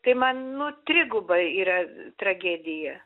tai man nu trigubai yra tragedija